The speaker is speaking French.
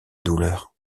douleur